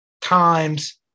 times –